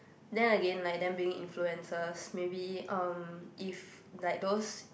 then again like them being influencers maybe um if like those